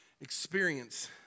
experience